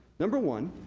number one,